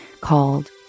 called